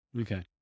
okay